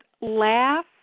laugh